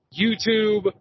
YouTube